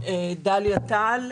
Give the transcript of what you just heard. דליה טל,